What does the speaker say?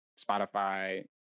Spotify